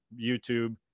YouTube